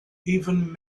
even